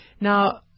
Now